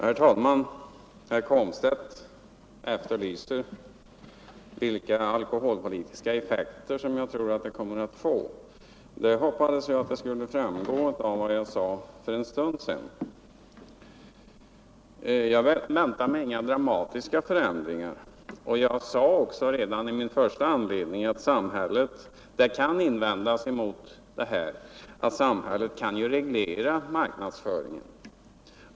Herr talman! Herr Komstedt efterlyser vilka alkoholpolitiska effekter jag tror att ett förstatligande av bryggerinäringen kommer att få. Det hoppades jag skulle framgå av vad jag sade för en stund sedan. Jag väntar mig inga dramatiska förändringar, och jag sade också i mitt första anförande att det kan invändas mot förslaget att samhället ju kan reglera marknadsföringen.